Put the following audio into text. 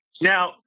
Now